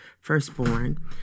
firstborn